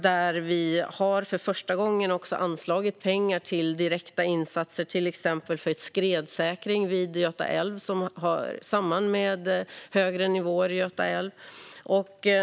Där har vi också för första gången anslagit pengar till direkta insatser för exempelvis skredsäkring vid Göta älv, något som hör samman med högre nivåer i Göta älv.